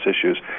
issues